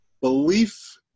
belief